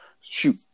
shoot